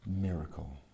miracle